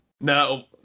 No